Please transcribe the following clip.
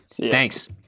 Thanks